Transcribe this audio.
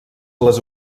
les